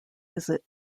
visit